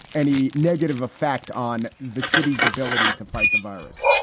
any negative effect on the city's ability to fight the virus?